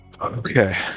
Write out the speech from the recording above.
Okay